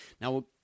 Now